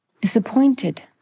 disappointed